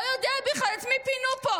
לא יודע בכלל את מי פינו פה,